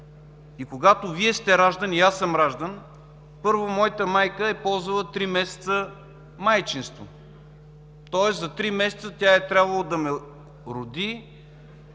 и когато сте раждан, когато аз съм раждан, първо, моята майка е ползвала три месеца майчинство, тоест за три месеца тя е трябвало да ме роди,